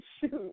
Shoot